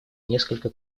несколько